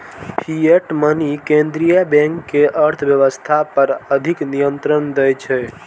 fiat money केंद्रीय bank कें अर्थव्यवस्था पर अधिक नियंत्रण दै छै